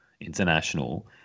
international